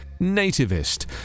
nativist